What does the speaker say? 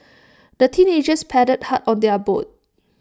the teenagers paddled hard on their boat